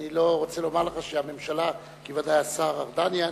אני לא רוצה לומר לך שהממשלה, ודאי השר ארדן יענה,